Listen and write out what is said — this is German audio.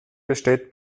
besteht